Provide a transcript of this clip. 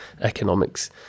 economics